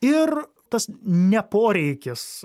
ir tas ne poreikis